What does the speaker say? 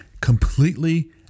completely